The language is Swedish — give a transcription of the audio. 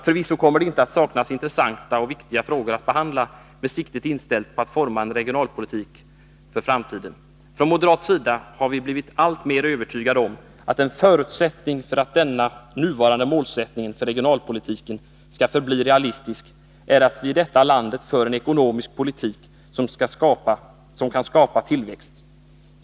Förvisso kommer det inte att saknas intressanta och viktiga frågor att behandla med siktet inställt på att forma en regionalpolitik för framtiden. Från moderat sida har vi blivit alltmer övertygade om att en förutsättning för att den nuvarande målsättningen för regionalpolitiken skall förbli realistisk är att vi i detta land för en ekonomisk politik som kan skapa tillväxt.